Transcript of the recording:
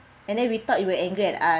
and then we thought you were angry at us